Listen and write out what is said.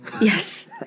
Yes